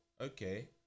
okay